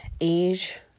age